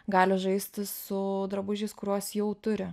gali žaisti su drabužiais kuriuos jau turi